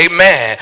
Amen